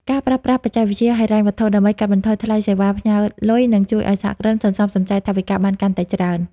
ការប្រើប្រាស់ "បច្ចេកវិទ្យាហិរញ្ញវត្ថុ" ដើម្បីកាត់បន្ថយថ្លៃសេវាផ្ញើលុយ នឹងជួយឱ្យសហគ្រិនសន្សំសំចៃថវិកាបានកាន់តែច្រើន។